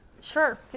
Sure